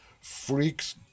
freaks